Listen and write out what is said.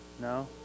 No